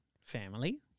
Family